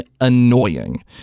annoying